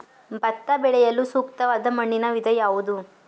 ಭತ್ತ ಬೆಳೆಯಲು ಸೂಕ್ತವಾದ ಮಣ್ಣಿನ ವಿಧ ಯಾವುದು?